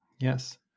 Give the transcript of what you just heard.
Yes